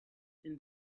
then